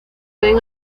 pueden